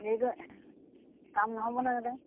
দেৰি কৰি কাম নহ'ব নহয় তাতে